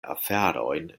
aferojn